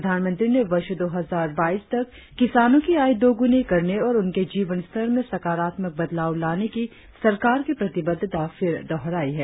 प्रधानमंत्री ने वर्ष दो हजार बाईस तक किसानों की आय दोगुनी करने और उनके जीवन स्तर में सकारात्मक बदलाव लाने की सरकार की प्रतिबद्धता फिर दोहराई है